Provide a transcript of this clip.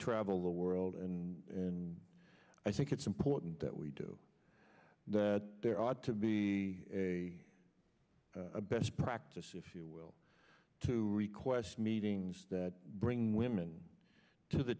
travel the world and i think it's important that we do that there ought to be a best practice if you will to request meetings that bring women to the